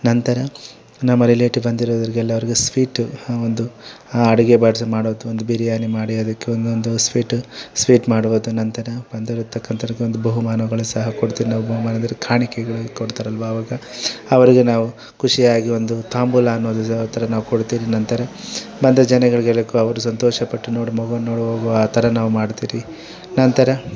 ನಂತರ ನಮ್ಮ ರಿಲೇಟಿವ್ ಬಂದಿರೋವರ್ಗೆಲ್ಲರಿಗೂ ಸ್ವೀಟ್ ಒಂದು ಆ ಅಡುಗೆ ಮಾಡುವಂಥ ಒಂದು ಬಿರಿಯಾನಿ ಮಾಡಿ ಅದಕ್ಕೆ ಒಂದೊಂದು ಸ್ವೀಟು ಸ್ವೀಟ್ ಮಾಡುವುದು ನಂತರ ಬಂದಿರುವತಕ್ಕಂತೋರಿಗೆ ಒಂದು ಬಹುಮಾನಗಳ ಸಹ ಕೊಡ್ತೇವೆ ನಾವು ಬಹುಮಾನದಲ್ಲಿ ಕಾಣಿಕೆಗಳು ಕೊಡ್ತಾರಲ್ವ ಆವಾಗ ಅವರಿಗೆ ನಾವು ಖುಷಿಯಾಗಿ ಒಂದು ತಾಂಬೂಲ ಅನ್ನೋದು ಇದೆ ಆ ಥರ ನಾವು ಕೊಡ್ತೀರಿ ನಂತರ ಬಂದ ಜನಗಳಿಗೆಲ್ಲ ಅವರು ಸಂತೋಷ ಪಟ್ಟು ನೋಡಿ ಮಗುವನ್ನು ನೋಡಿ ಹೋಗುವ ಆ ಥರ ನಾವು ಮಾಡ್ತೀರಿ ನಂತರ